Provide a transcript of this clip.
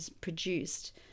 produced